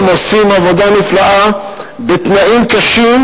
הם עושים עבודה נפלאה בתנאים קשים,